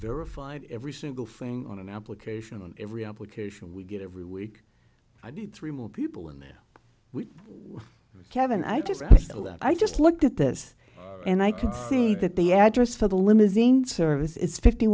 verified every single thing on an application and every application we get every week i need three more people and we kevin i just i just looked at this and i can see that the address for the limousine service is fifty